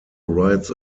writes